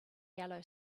yellow